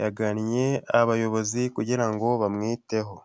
yagannye abayobozi kugirango bamwiteho.